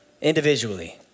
individually